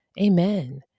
Amen